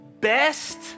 best